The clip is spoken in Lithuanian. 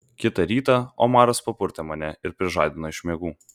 kitą rytą omaras papurtė mane ir prižadino iš miegų